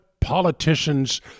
politicians